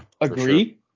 agree